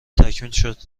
تکمیلشده